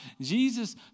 Jesus